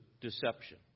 deception